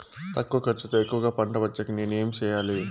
తక్కువ ఖర్చుతో ఎక్కువగా పంట వచ్చేకి నేను ఏమి చేయాలి?